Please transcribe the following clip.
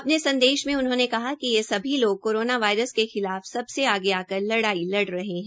अपने संदेश मे उन्होंने कहा कि ये सभी लोग कोरोना वायरस के खिलाफ सबसे आगे आकर लड़ाई लड़ रहे है